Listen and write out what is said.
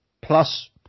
plus